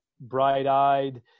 bright-eyed